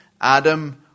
Adam